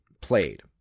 played